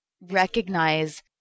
recognize